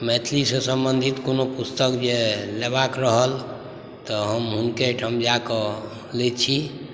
मैथिली से सम्बन्धित कोनो पुस्तक जे लेबाक रहल तऽ हम हुनके ओहिठाम जाकऽ लै छी